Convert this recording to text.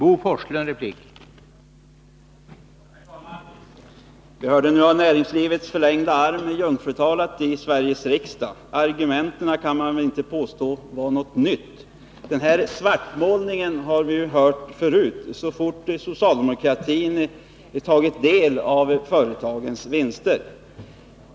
Herr talman! Vi har nu hört näringslivets förlängda arm jungfrutala i Sveriges riksdag. Man kan inte påstå att argumenten innehöll något nytt. Denna svartmålning har vi hört förut så fort socialdemokratin tagit del av företagens vinster.